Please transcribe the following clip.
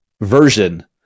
version